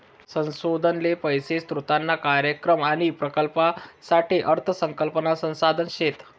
संशोधन ले पैसा स्रोतना कार्यक्रम आणि प्रकल्पसाठे अर्थ संकल्पना संसाधन शेत